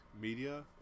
media